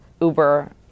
Uber